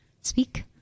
speak